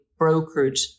brokered